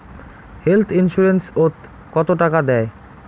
Health insurance ওত কত টাকা দেয়?